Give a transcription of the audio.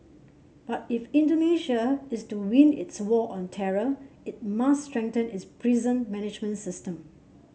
but if Indonesia is to win its war on terror it must strengthen its prison management system